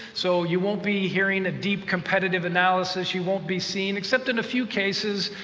so you won't be hearing a deep, competitive analysis. you won't be seeing, except in a few cases,